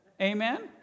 Amen